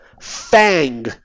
fang